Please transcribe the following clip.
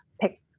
pick